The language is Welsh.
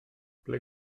ble